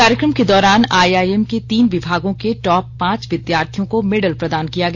कार्यक्रम के दौरान आईआईएम के तीन विभागों के टॉप पांच विधार्थियों को मेडल प्रदान किया गया